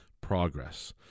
progress